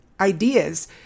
ideas